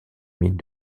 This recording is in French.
mines